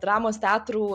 dramos teatrų